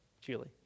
Julie